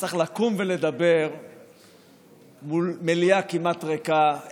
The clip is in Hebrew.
צריך לקום ולדבר מול מליאה כמעט ריקה,